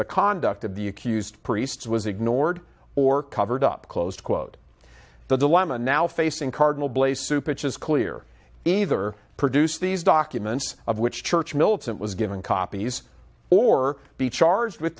the conduct of the accused priests was ignored or covered up closed quote the dilemma now facing cardinal blaze supect is clear either produce these documents of which church militant was given copies or be charged with